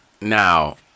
Now